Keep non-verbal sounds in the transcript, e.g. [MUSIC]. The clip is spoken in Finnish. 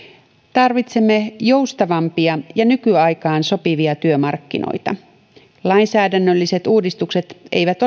tarvitsemme joustavampia ja nykyaikaan sopivia työmarkkinoita lainsäädännölliset uudistukset eivät [UNINTELLIGIBLE]